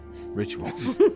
rituals